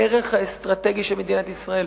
הערך האסטרטגי של מדינת ישראל